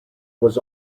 was